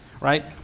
right